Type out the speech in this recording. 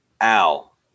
Al